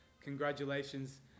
Congratulations